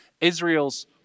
Israel's